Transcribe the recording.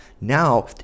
Now